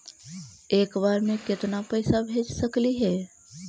एक बार मे केतना पैसा भेज सकली हे?